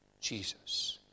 Jesus